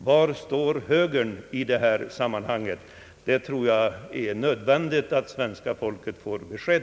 Var står högern i det här sammanhanget? Därom tror jag det är nödvändigt att svenska folket får besked.